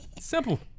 Simple